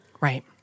Right